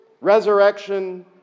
Resurrection